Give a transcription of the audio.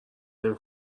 نمی